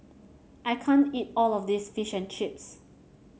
I can't eat all of this Fish and Chips